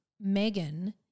Megan